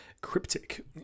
cryptic